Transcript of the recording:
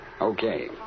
Okay